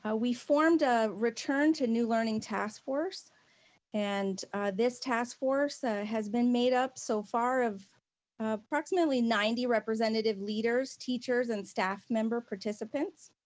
ah we formed a return to new learning task force and this task force has been made up so far of of proximately, ninety representative leaders, teachers, and staff member participants.